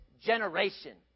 generation